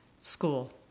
School